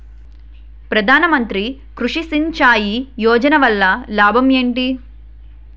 ప్రధాన మంత్రి కృషి సించాయి యోజన వల్ల లాభం ఏంటి?